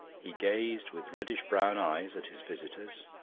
he gazed with reddish-brown eyes at his visitors,